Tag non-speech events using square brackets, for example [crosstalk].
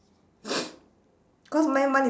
[noise] cause mine one is